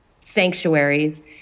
sanctuaries